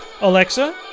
Alexa